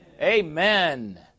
Amen